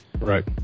right